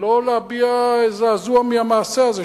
ולא להביע זעזוע מהמעשה הזה,